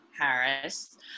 Harris